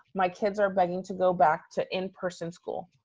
my kids are begging to go back to in person school.